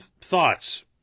thoughts